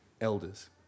elders